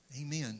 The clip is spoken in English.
Amen